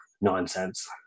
nonsense